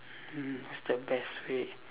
mm what's the best way